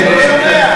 רובי,